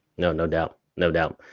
no, no doubt, no doubt.